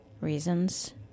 reasons